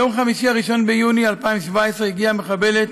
ביום חמישי 1 ביוני 2017 הגיעה מחבלת